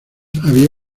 había